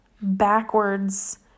backwards